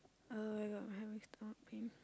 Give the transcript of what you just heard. oh-my-god why are we stopping